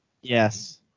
Yes